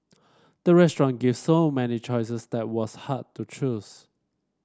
the restaurant gave so many choices that was hard to choose